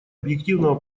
объективного